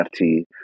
NFT